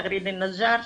תגריד אלנג'אר,